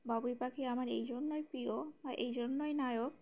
বাবুই পাখি আমার এই জন্যই প্রিয় বা এই জন্যই নায়ক